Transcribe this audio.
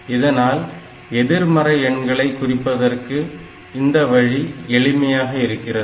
இதனால் எதிர்மறை எண்ணங்களை குறிப்பதற்கு இந்த வழி எளிமையாக இருக்கிறது